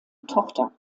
tochter